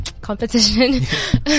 competition